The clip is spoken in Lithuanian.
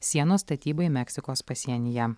sienos statybai meksikos pasienyje